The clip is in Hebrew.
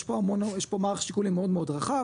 יש פה המון יש פה מערך שיקולים מאוד מאוד רחב,